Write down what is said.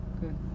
Good